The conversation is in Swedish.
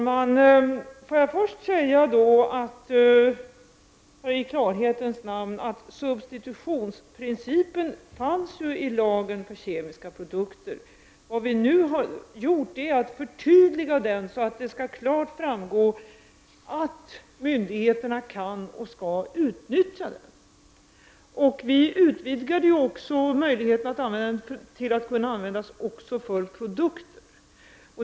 Herr talman! Får jag först i klarhetens namn säga att substitutionsprincipen fanns i lagen om kemiska produkter. Vad vi nu har gjort är att förtydliga den, så att det skall klart framgå att myndigheterna kan och skall utnyttja den. Vi utvidgade den också till att kunna användas även för produkter.